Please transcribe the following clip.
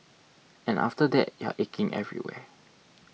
and after that you're aching everywhere